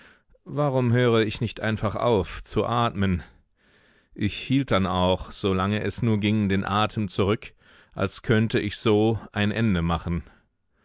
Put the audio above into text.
warum höre ich nicht einfach auf zu atmen ich hielt dann auch so lange es nur ging den atem zurück als könnte ich so ein ende machen